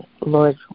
Lord